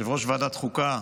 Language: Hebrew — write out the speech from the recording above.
יושב-ראש ועדת חוקה,